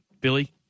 Billy